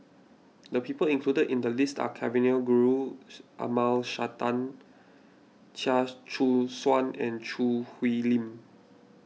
the people included in the list are Kavignareru Amallathasan Chia Choo Suan and Choo Hwee Lim